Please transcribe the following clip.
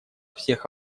всех